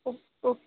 ਓ okay